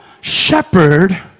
shepherd